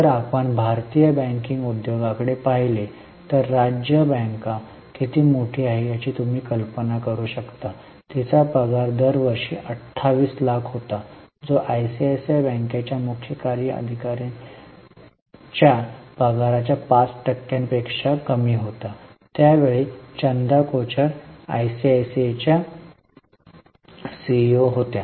तर आपण भारतीय बँकिंग उद्योगाकडे पाहिले तर राज्य बँक किती मोठी आहे याची तुम्ही कल्पना करू शकता तिचा पगार दरवर्षी 28 लाख होता जो आयसीआयसीआय बँकेच्या मुख्य कार्यकारीकांच्या पगाराच्या 5 टक्क्यांपेक्षा कमी होता त्यावेळी चंदा कोचर आयसीआयसीआयच्या सीईओ होत्या